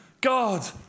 God